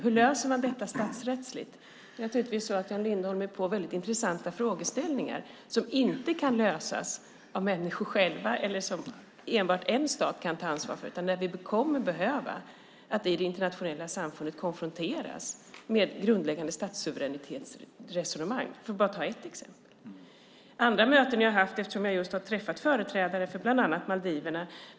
Hur löser man detta statsrättsligt? Jan Lindholm är naturligtvis inne på väldigt intressanta frågeställningar. De kan inte lösas av människor själva. Det är inte något som enbart en stat kan ta ansvar för, utan vi kommer i det internationella samfundet att behöva konfronteras med grundläggande statssuveränitetsresonemang, för att bara ta ett exempel. Jag har just träffat företrädare för bland annat Maldiverna.